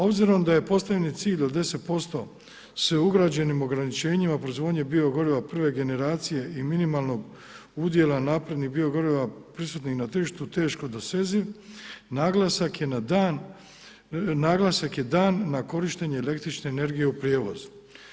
Obzirom da je postavljeni cilj od 10% sa ugrađenim ograničenjima proizvodnje bio goriva prve generacije i minimalnog udjela naprednog bio goriva prisutnih na tržištu teško doseziv naglasak je dan na korištenje električne energije u prijevozu.